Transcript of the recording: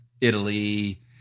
Italy